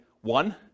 one